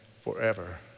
forever